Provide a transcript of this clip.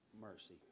mercy